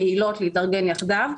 קהילות להתארגן יחדיו,